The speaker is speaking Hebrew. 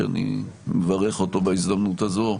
שאני מברך אותו בהזדמנות הזו,